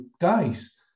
guys